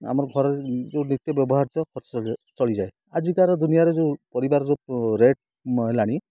ଆମର ଘର ଯେଉଁ ନିତ୍ୟ ବ୍ୟବହାର୍ଯ୍ୟ ଚଳିଯାଏ ଆଜିକା ଦୁନିଆରେ ଯେଉଁ ପରିବାର ଯେଉଁ ରେଟ୍ ହେଲାଣି